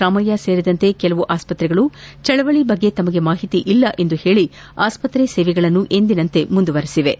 ರಾಮಯ್ನ ಸೇರಿದಂತೆ ಕೆಲ ಆಸ್ಪತ್ರೆಗಳು ಚಳವಳಿ ಬಗ್ಗೆ ತಮಗೆ ಮಾಹಿತಿ ಇಲ್ಲ ಎಂದು ಹೇಳಿ ಆಸ್ಪತ್ರೆ ಸೇವೆಗಳನ್ನು ಎಂದಿನಂತೆ ಮುಂದುವರೆಸಿವೆ